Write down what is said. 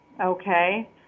Okay